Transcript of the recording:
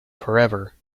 forever